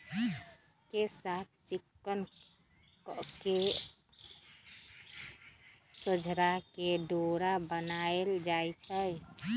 केश साफ़ चिक्कन कके सोझरा के डोरा बनाएल जाइ छइ